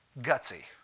Gutsy